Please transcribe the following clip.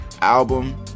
album